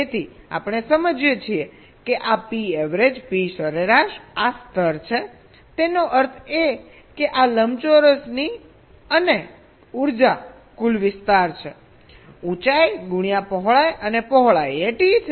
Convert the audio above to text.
તેથી આપણે સમજીએ છીએ કે આ P સરેરાશ આ સ્તર છેતેનો અર્થ એ કે આ લંબચોરસની અને ઉર્જા કુલ વિસ્તાર છે ઉંચાઈ ગુણ્યા પહોળાઈ અને પહોળાઈ એ T છે